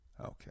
Okay